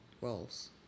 roles